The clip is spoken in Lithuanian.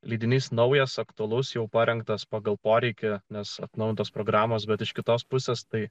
leidinys naujas aktualus jau parengtas pagal poreikį nes atnaujintos programos bet iš kitos pusės tai